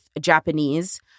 Japanese